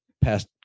past